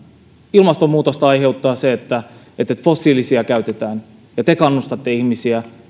ilmastonmuutosta aiheuttaa että että fossiilisia käytetään te kannustatte ihmisiä